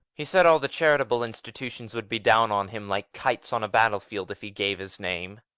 he said all the charitable institutions would be down on him like kites on a battle field if he gave his name.